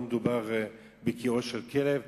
לא מדובר בקיאו של כלב,